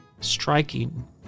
striking